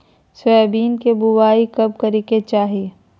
Soybean के बुआई कब करे के चाहि?